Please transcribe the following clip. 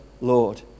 Lord